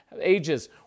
ages